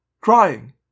crying